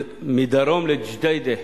מדרום לג'דיידה,